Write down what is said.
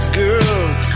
girls